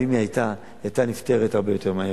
ואם היא היתה היא היתה נפתרת הרבה יותר מהר.